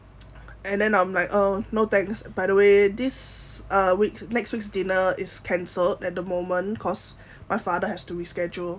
and then I'm like oh no thanks by the way this week next week's dinner is cancelled at the moment cause my father has to reschedule